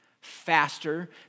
faster